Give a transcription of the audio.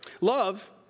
Love